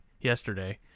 yesterday